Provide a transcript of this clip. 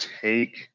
take